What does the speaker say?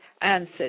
answer